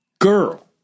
Girl